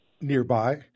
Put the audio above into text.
nearby